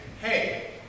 hey